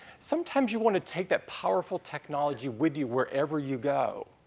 sometimes you want to take that powerful technology with you wherever you go.